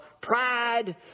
pride